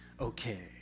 Okay